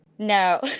No